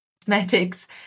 cosmetics